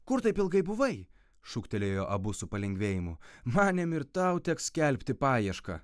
kur taip ilgai buvai šūktelėjo abu su palengvėjimu manėm ir tau teks skelbti paiešką